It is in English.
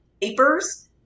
papers